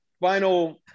final